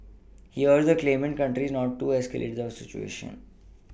he urged the claimant countries not to escalate the situation